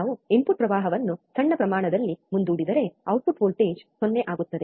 ನಾವು ಇನ್ಪುಟ್ ಪ್ರವಾಹವನ್ನು ಸಣ್ಣ ಪ್ರಮಾಣದಲ್ಲಿ ಮುಂದೂಡಿದರೆ ಔಟ್ಪುಟ್ ವೋಲ್ಟೇಜ್ 0 ಆಗುತ್ತದೆ